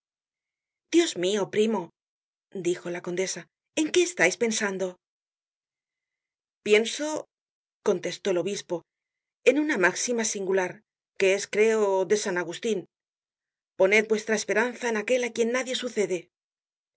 dios mio primo dijola condesa en qué estais pensando pienso contestó el obispo en una máxima singular que es creo de san agustin poned vuestra esperanza en aquel á quien nadie sucede